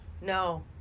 No